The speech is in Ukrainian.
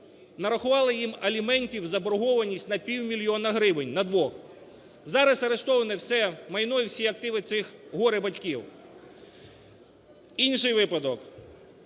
нарахували їм аліментів заборгованість на півмільйона гривень на двох. Зараз арештоване все майно і всі активи цих горе-батьків. Інший випадок.